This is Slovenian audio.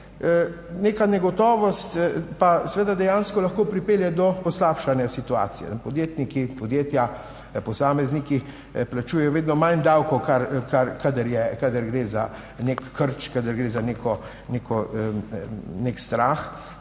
Neka negotovost pa seveda dejansko lahko pripelje do poslabšanja situacije. Podjetniki, podjetja, posamezniki plačujejo vedno manj davkov, kadar je, kadar gre za nek krč, kadar gre za neko,